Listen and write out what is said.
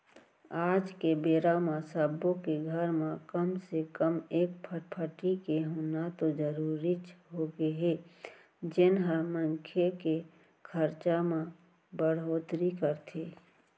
आज के बेरा म सब्बो के घर म कम से कम एक फटफटी के होना तो जरूरीच होगे हे जेन ह मनखे के खरचा म बड़होत्तरी करथे